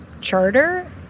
charter